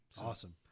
Awesome